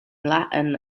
latin